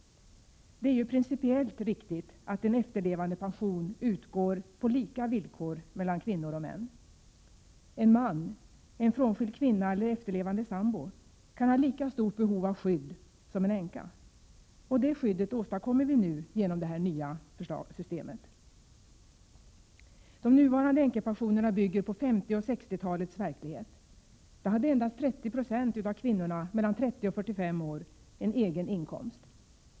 Det är ju principiellt riktigt att en efterlevandepension utgår på lika villkor mellan kvinnor och män. En man, en frånskild kvinna eller en efterlevande sambo kan ha lika stort behov av skydd som en änka: Och det skyddet åstadkommer vi nu genom det här nya systemet. De nuvarande änkepensionerna bygger på 50 och 60-talets verklighet. Då hade endast 30 96 av kvinnorna mellan 30 och 45 år en egen inkomst.